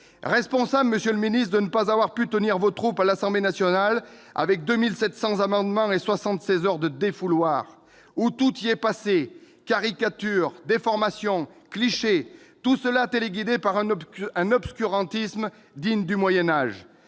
responsable de ne pas avoir pu tenir vos troupes à l'Assemblée nationale avec 2 700 amendements et 72 heures de défouloir durant lesquelles tout y est passé : caricatures, déformations, clichés. Tout cela téléguidé par un obscurantisme digne du Moyen Âge